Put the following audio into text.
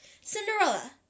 Cinderella